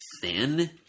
Thin